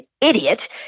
idiot